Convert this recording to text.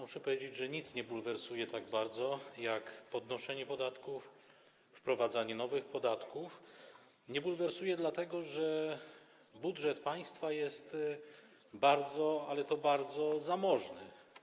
Muszę powiedzieć, że nic nie bulwersuje tak bardzo jak podnoszenie podatków, wprowadzanie nowych podatków, dlatego że budżet państwa jest bardzo, ale to bardzo zamożny.